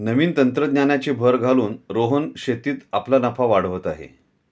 नवीन तंत्रज्ञानाची भर घालून रोहन शेतीत आपला नफा वाढवत आहे